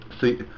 See